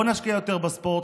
בואו נשקיע יותר בספורט,